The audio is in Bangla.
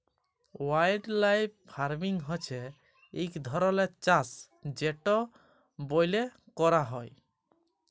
ওয়াইল্ডলাইফ ফার্মিং হছে ইক ধরলের চাষ যেট ব্যইলে ক্যরা হ্যয়